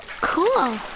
Cool